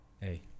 Hey